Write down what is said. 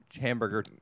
hamburger